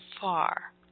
far